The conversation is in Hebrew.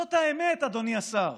זאת האמת, אדוני השר.